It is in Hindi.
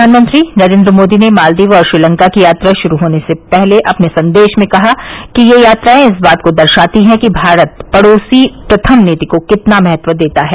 प्रधानमंत्री नरेंद्र मोदी ने मालदीव और श्रीलंका की यात्रा शुरू होने से पहले अपने संदेश में कहा है कि ये यात्रायें इस बात को दर्शाती हैं कि भारत पड़ोसी प्रथम नीति को कितना महत्व देता है